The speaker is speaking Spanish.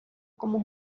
como